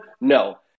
No